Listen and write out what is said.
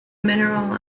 mineral